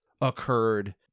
occurred